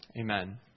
Amen